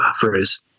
phrase